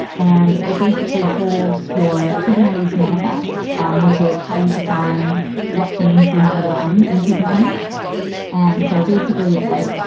and it basically holds your kubernetes manifests um which is how you define what things you want to run in kubernetes and so basically, it's like,